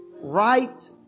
right